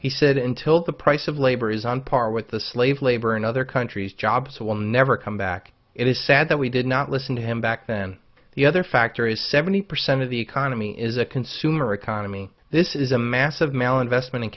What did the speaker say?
he said until the price of labor is on par with the slave labor in other countries jobs will never come back it is sad that we did not listen to him back then the other factor is seventy percent of the economy is a consumer economy this is a massive mal investment